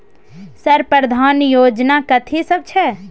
Sir प्रधानमंत्री योजना कथि सब छै?